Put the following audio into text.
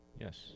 Yes